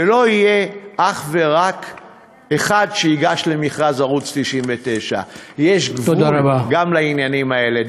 שלא יהיה אך ורק אחד שייגש למכרז ערוץ 99. יש גבול גם לעניינים האלה.